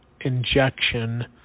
injection